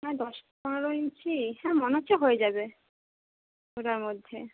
হ্যাঁ দশ পনেরো ইঞ্চি হ্যাঁ মনে হচ্ছে হয়ে যাবে ওটার মধ্যে